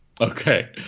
Okay